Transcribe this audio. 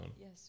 yes